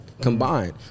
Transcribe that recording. Combined